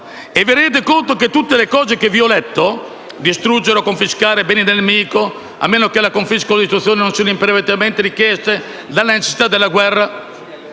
Vi rendete conto di tutte queste cose che vi ho letto - ad esempio anche: «distruggere o confiscare beni del nemico, a meno che la confisca o la distruzione non siano imperativamente richieste dalla necessità della guerra;